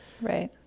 right